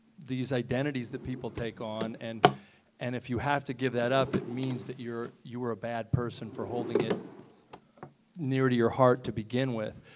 these identities that people take on, and and if you have to give that up it means that you are a bad person for holding it near to your heart to begin with,